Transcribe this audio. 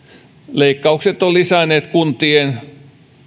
leikkaukset ovat lisänneet kuntien